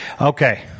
Okay